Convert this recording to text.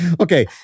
Okay